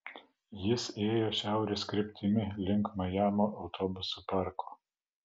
jis ėjo šiaurės kryptimi link majamio autobusų parko